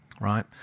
Right